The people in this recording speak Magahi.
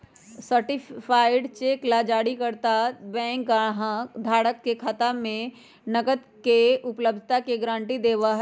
सर्टीफाइड चेक ला जारीकर्ता बैंक धारक के खाता में नकद के उपलब्धता के गारंटी देवा हई